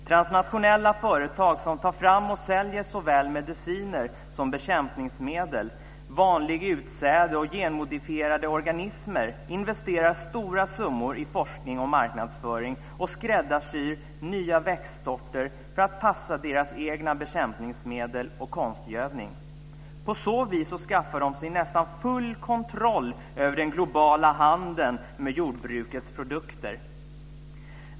Transnationella företag som tar fram och säljer såväl mediciner som bekämpningsmedel, vanligt utsäde och genmodifierade organismer investerar stora summor i forskning och marknadsföring och skräddarsyr nya växtsorter för att passa deras egna bekämpningsmedel och konstgödning. På så vis skaffar de sig nästan full kontroll över den globala handeln med jordbrukets produkter.